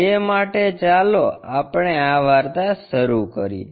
તે માટે ચાલો આપણે આ વાર્તા શરૂ કરીએ